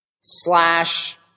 slash